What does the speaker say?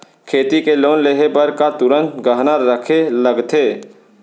खेती के लोन लेहे बर का तुरंत गहना रखे लगथे?